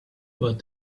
but